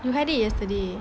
you had it yesterday